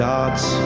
God's